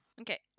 Okay